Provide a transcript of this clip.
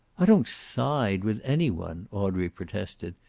i don't side with any one, audrey protested.